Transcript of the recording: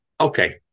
okay